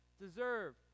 deserve